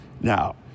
Now